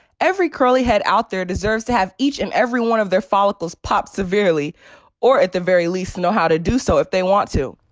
every curly head out there deserves to have each and every one of their follicles pop severely or at the very least know how to do so if they want to.